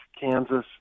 Kansas